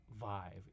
vibe